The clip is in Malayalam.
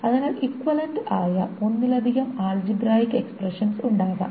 അതിനാൽ ഇക്വിവാലെന്റ് ആയ ഒന്നിലധികം ആൽജിബ്രയിക് എക്സ്പ്രെഷൻസ് ഉണ്ടാകാം